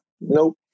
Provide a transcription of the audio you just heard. Nope